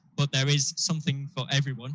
but there is something for everyone